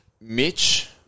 Mitch